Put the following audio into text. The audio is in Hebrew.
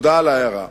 תודה על ההערה.